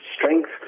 strength